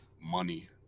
money